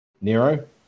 Nero